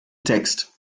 text